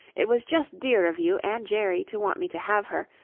it was just dear of you and jerry to want me to have her.